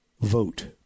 vote